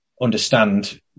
understand